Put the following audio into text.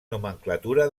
nomenclatura